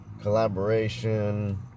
collaboration